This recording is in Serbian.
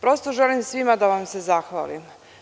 Prosto želim svima da vam se zahvalim.